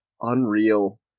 unreal